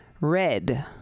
red